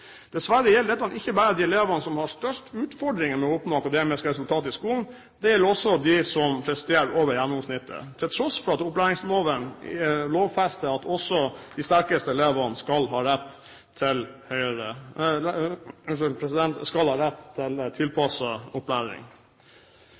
Dessverre gjelder ikke dette bare de elevene som har størst utfordringer med å oppnå akademiske resultater i skolen. Dette gjelder også de som presterer over gjennomsnittet, til tross for at opplæringsloven lovfester at også de sterkeste elevene skal ha rett til tilpasset opplæring. Det må være et mål – ikke bare for Fremskrittspartiet, men for hele Stortinget – å legge til